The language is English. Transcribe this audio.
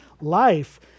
life